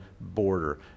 border